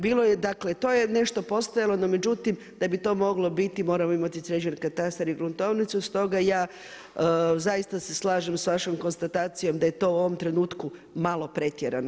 Bilo je dakle, to je nešto postojalo, međutim da bi to moglo biti moramo imati sređen katastar i gruntovnicu, stoga ja zaista se slažem s vašom konstatacijom da je to u ovom trenutku malo pretjerano.